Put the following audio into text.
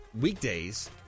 Weekdays